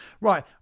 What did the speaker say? right